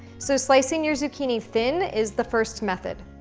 so slicing your zucchini thin is the first method.